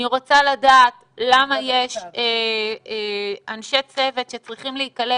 אני רוצה לדעת למה יש אנשי צוות שצריכים להיקלט